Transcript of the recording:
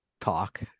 talk